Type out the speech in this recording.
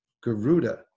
Garuda